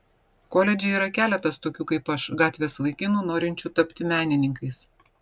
koledže yra keletas tokių kaip aš gatvės vaikinų norinčių tapti menininkais